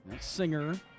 singer